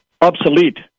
obsolete